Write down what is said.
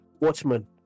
watchman